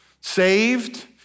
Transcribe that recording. saved